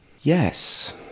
Yes